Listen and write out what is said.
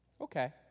Okay